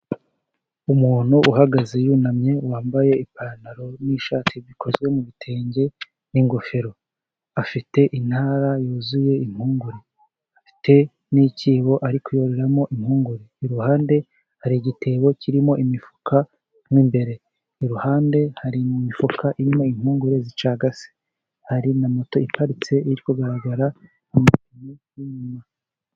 Umuntu uhagaze yunamye wambaye ipantaro n'ishati bikozwe mu bitenge, n'ingofero. Afite intara yuzuye impungure afite n'icyibo ari kuyoreramo impungure, iruhande hari igitebo kirimo imifuka mo imbere iruhande hari imifuka irimo impungure zicagase, hari na moto iparitse iri kugaragara mu mupine y'inyuma.